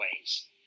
ways